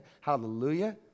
Hallelujah